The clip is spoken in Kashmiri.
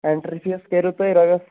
ایٚنٛٹرٛی فیٖس کٔرِو تُہۍ رنس